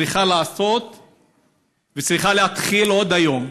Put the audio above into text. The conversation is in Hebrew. צריכה לעשות וצריכה להתחיל עוד היום,